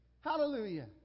Hallelujah